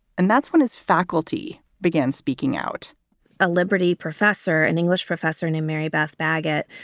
and that's what his faculty began speaking out a liberty professor, an english professor named mary beth baggot,